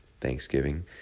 Thanksgiving